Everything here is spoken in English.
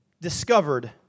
discovered